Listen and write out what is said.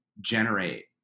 generate